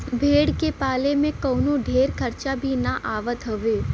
भेड़ के पाले में कवनो ढेर खर्चा भी ना आवत हवे